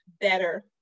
better